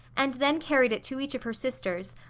and then carried it to each of her sisters,